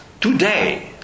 today